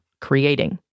creating